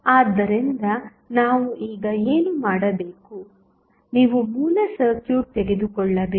ಆದ್ದರಿಂದ ನಾವು ಈಗ ಏನು ಮಾಡಬೇಕು ನೀವು ಮೂಲ ಸರ್ಕ್ಯೂಟ್ ತೆಗೆದುಕೊಳ್ಳಬೇಕು